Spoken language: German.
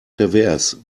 pervers